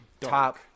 top